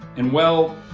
and well,